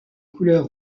couleur